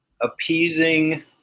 appeasing